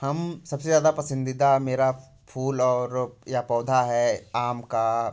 हम सबसे ज़्यादा पसंदीदा मेरा फूल और या पौधा है आम का